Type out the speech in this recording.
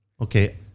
okay